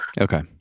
Okay